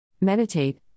Meditate